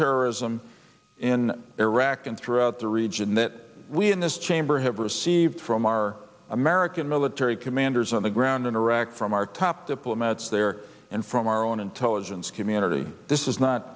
terrorism in iraq and throughout the region that we in this chamber have received from our american military commanders on the ground in iraq from our top diplomats there and from our own intelligence community this is not